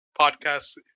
podcast